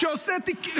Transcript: שובאל.